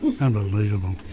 Unbelievable